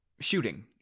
shooting